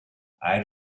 air